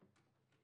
בבקשה.